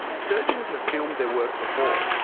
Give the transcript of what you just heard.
surgeons have filmed their work before.